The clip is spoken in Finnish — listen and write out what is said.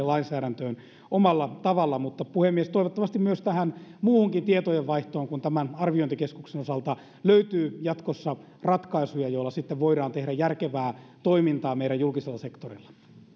lainsäädäntöön omalla tavalla puhemies toivottavasti myös muuhunkin tietojenvaihtoon kuin tämän arviointikeskuksen osalta löytyy jatkossa ratkaisuja joilla sitten voidaan tehdä järkevää toimintaa meidän julkisella sektorilla